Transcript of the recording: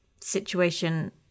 situation